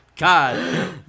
God